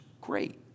great